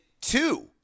two